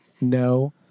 No